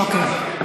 אוקיי.